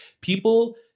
People